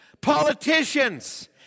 politicians